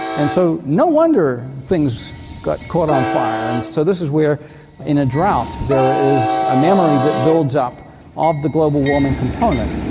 and so no wonder things caught on fire. and so this is where in a drought there is a memory that builds up of the global warming component.